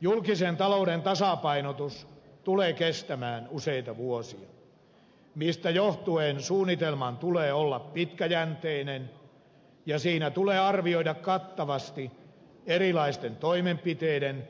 julkisen talouden tasapainotus tulee kestämään useita vuosia mistä johtuen suunnitelman tulee olla pitkäjänteinen ja siinä tulee arvioida kattavasti erilaisten toimenpiteiden